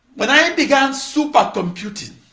when i began supercomputing